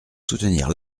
soutenir